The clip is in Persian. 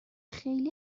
خیلی